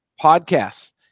podcasts